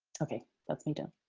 okay that's me done.